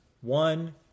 One